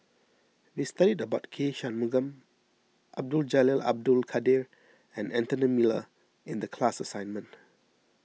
we studied about K Shanmugam Abdul Jalil Abdul Kadir and Anthony Miller in the class assignment